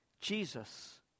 Jesus